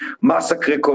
massacre